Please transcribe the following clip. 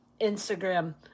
Instagram